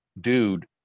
dude